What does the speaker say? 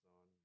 on